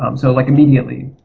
um so like immediately,